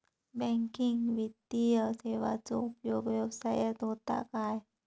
Banking वित्तीय सेवाचो उपयोग व्यवसायात होता काय?